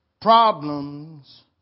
problems